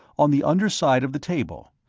on the under side of the table.